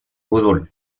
football